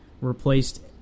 replaced